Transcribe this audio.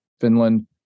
finland